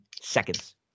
seconds